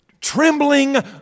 Trembling